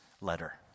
letter